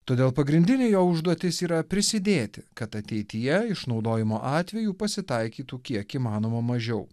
todėl pagrindinė jo užduotis yra prisidėti kad ateityje išnaudojimo atvejų pasitaikytų kiek įmanoma mažiau